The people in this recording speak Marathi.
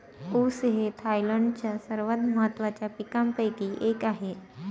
ऊस हे थायलंडच्या सर्वात महत्त्वाच्या पिकांपैकी एक आहे